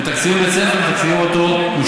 ומעלה, אם מתקצבים בית ספר, מתקצבים אותו מושלם.